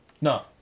No